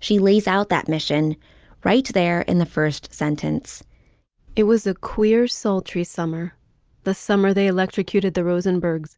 she lays out that mission right there in the first sentence it was a queer sultry summer the summer they electrocuted the rosenbergs